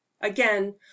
again